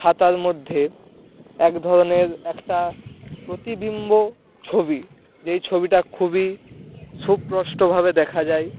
খাতার মধ্যে এক ধরনের একটা প্রতিবিম্ব ছবি যেই ছবিটা খুবই সুস্পষ্টভাবে দেখা যায়